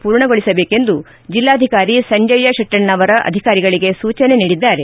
ಪೂರ್ಣಗೊಳಿಸಬೇಕೆಂದು ಜಿಲ್ಲಾಧಿಕಾರಿ ಸಂಜಯ ಶೆಟ್ಟೆಣ್ಣವರ ಅಧಿಕಾರಿಗಳಿಗೆ ಸೂಚನೆ ನೀಡಿದ್ದಾರೆ